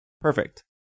Perfect